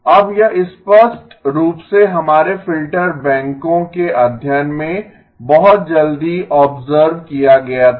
अब यह स्पष्ट रूप से हमारे फिल्टर बैंकों के अध्ययन में बहुत जल्दी ओब्सर्व किया गया था